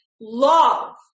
love